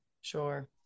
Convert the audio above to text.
Sure